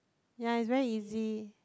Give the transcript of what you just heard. ya it's very easy